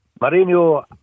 Mourinho